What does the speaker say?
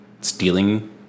stealing